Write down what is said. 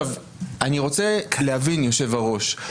אני רוצה להבין, היושב ראש.